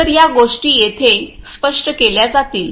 तर या गोष्टी येथे स्पष्ट केल्या जातील